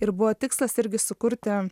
ir buvo tikslas irgi sukurti